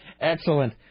excellent